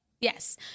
Yes